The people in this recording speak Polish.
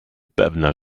pewna